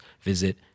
visit